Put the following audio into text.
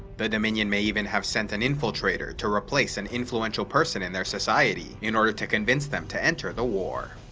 the dominion may even have sent an infiltrator to replace an influential person in their society, society, in order to convince them to enter the war.